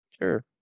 Sure